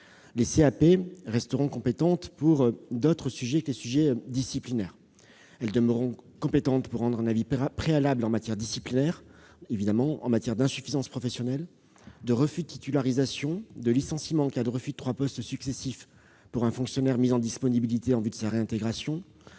Les CAP resteront compétentes pour d'autres sujets que les sujets disciplinaires : elles demeureront évidemment compétentes pour rendre un avis préalable en matière disciplinaire, en matière d'insuffisance professionnelle, en cas de refus de titularisation, de licenciement en cas de refus de trois postes successifs pour un fonctionnaire placé en disponibilité demandant sa réintégration,